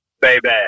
Baby